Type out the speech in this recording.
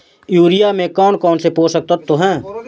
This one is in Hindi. यूरिया में कौन कौन से पोषक तत्व है?